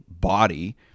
body